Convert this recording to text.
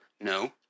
No